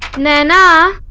naina!